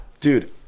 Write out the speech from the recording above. dude